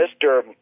Mr